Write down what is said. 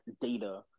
data